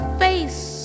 face